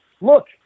Look